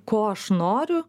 ko aš noriu